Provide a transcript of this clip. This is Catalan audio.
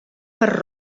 per